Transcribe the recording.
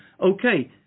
okay